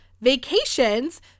vacations